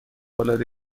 العاده